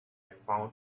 found